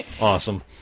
Awesome